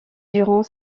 durant